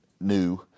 new